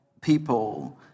people